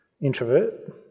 introvert